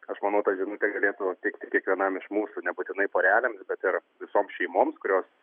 aš manau ta žinutė galėtų tikti kiekvienam iš mūsų nebūtinai porelėms bet ir visoms šeimoms kurios